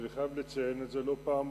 אני חייב לציין שזאת לא הפעם הראשונה,